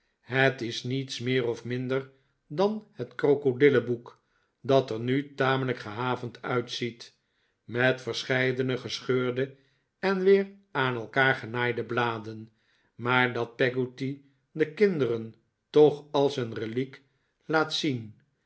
het is niets meer of minder dan het krokodillenboek dat er nu tamelijk gehavend uitziet met verscheidene gescheurde en weer aan elkaar genaaide bladen maar dat peggotty de kinderen toch als een reliquie laat zien